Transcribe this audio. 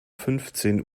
fünfzehn